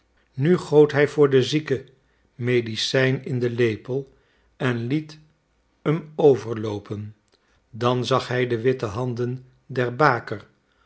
nu goot hij voor de zieke medicijn in den lepel en liet hem overloopen dan zag hij de witte handen der baker